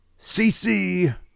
cc